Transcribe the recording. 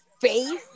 face